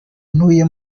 ntuye